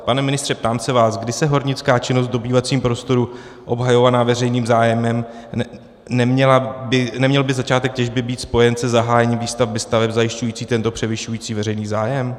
Pane ministře, ptám se vás, když je hornická činnost v dobývacím prostoru obhajována veřejným zájmem, neměl by začátek těžby být spojen se zahájením výstavby staveb zajišťujících tento převyšující veřejný zájem?